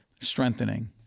strengthening